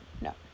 No